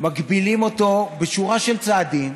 מגבילים אותו בשורה של צעדים.